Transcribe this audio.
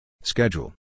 Schedule